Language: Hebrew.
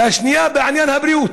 והשנייה בעניין הבריאות.